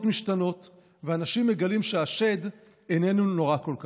משתנות ואנשים מגלים שהשד איננו נורא כל כך.